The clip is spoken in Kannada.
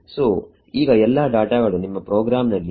ಸೋಈಗ ಎಲ್ಲಾ ಡಾಟಾಗಳು ನಿಮ್ಮ ಪ್ರೋಗ್ರಾಮ್ ನಲ್ಲಿವೆ